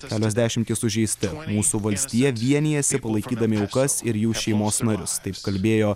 kelios dešimtys sužeisti mūsų valstija vienijasi palaikydami aukas ir jų šeimos narius taip kalbėjo